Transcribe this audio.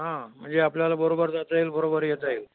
हां म्हणजे आपल्याला बरोबर जाता येईल बरोबर येता येईल